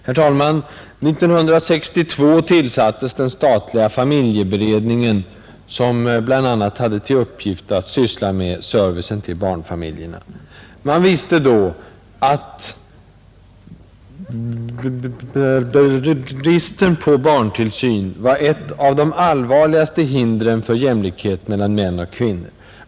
Herr talman! 1962 tillsattes den statliga familjeberedningen som bl.a. fick till uppgift att syssla med servicen till barnfamiljerna. Man visste då att bristen på barntillsyn var ett av de allvarligaste hindren för jämlikhet mellan män och kvinnor.